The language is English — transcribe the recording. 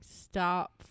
stop